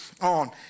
on